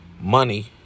money